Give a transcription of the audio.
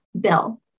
bill